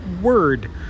word